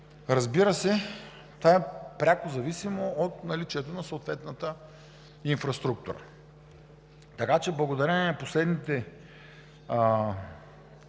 Разбира се, това е пряко зависимо от наличието на съответната инфраструктура, така че благодарение на последните